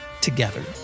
together